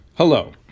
hello